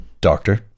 Doctor